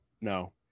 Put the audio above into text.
no